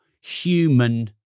human